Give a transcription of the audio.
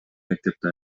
мектепти